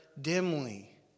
dimly